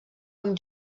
amb